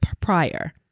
prior